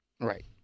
Right